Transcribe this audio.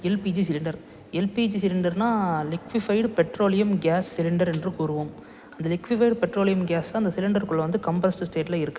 LPG cylinder LPG சிலிண்டர்ன்னா liquefied petroleum gas cylinder என்று கூறுவோம் அந்த லிக்யூஃபைடு பெட்ரோலியம் கேஸ் தான் அந்த சிலிண்டர் குள்ளே வந்து கம்ப்ரஸ்டு ஸ்டேட்டில் இருக்குது